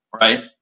right